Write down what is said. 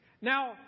Now